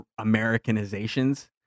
Americanizations